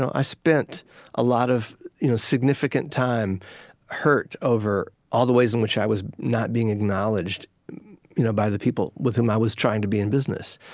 i spent a lot of you know significant time hurt over all the ways in which i was not being acknowledged you know by the people with whom i was trying to be in business.